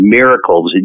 miracles